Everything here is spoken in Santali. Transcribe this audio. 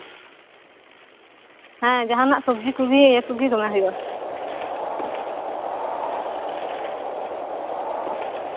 ᱦᱮᱸ ᱡᱟᱦᱟᱸᱱᱟᱜ ᱥᱚᱵᱡᱤ ᱠᱚᱜᱮ ᱤᱭᱟᱹ ᱠᱚᱜᱮ ᱫᱚᱢᱮ ᱦᱩᱭᱩᱜᱼᱟ